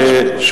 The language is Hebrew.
עוד משפט אחד,